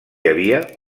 havia